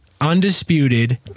undisputed